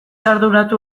arduratu